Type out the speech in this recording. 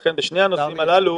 לכן בשני הנושאים הללו,